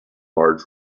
large